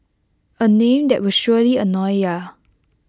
A name that will surely annoy ya